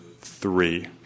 three